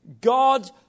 God